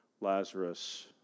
Lazarus